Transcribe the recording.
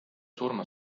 surma